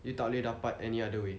dia tak boleh dapat any other way